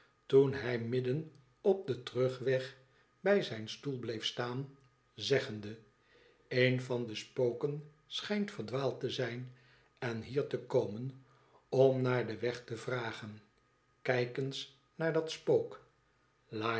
toen hij midden op den terugweg bij zijn stoel bleef staan zeggende leen van de spoken schijnt verdwaald te zijn en hier te komen om naar den weg te vragen kijk eens naar dat spook